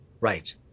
Right